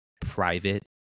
private